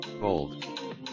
Bold